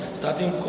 starting